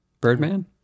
Birdman